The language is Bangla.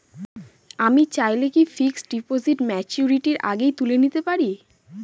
আমি চাইলে কি ফিক্সড ডিপোজিট ম্যাচুরিটির আগেই তুলে নিতে পারি?